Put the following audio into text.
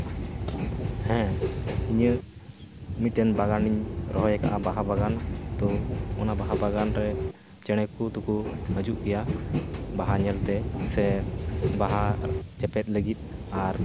ᱦᱮᱸ ᱤᱧᱟᱹᱜ ᱢᱤᱫᱴᱮᱱ ᱵᱟᱜᱟᱱᱤᱧ ᱨᱚᱦᱚᱭ ᱠᱟᱜᱼᱟ ᱵᱟᱦᱟ ᱵᱟᱜᱟᱱ ᱛᱚ ᱚᱱᱟ ᱵᱟᱦᱟ ᱵᱟᱜᱟᱱ ᱨᱮ ᱪᱮᱬᱮ ᱠᱚ ᱫᱚᱠᱚ ᱦᱟᱹᱡᱩᱜ ᱜᱮᱭᱟ ᱵᱟᱦᱟ ᱧᱮᱞᱛᱮ ᱥᱮ ᱵᱟᱦᱟ ᱪᱮᱯᱮᱫ ᱞᱟᱹᱜᱤᱫ ᱟᱨ